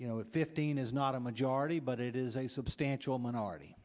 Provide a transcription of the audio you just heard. you know it fifteen is not a majority but it is a substantial minority